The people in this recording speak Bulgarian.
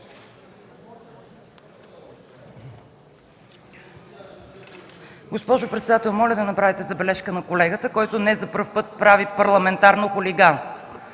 Госпожо председател, моля да направите забележка на колегата, който не за първи път прави парламентарно хулиганство.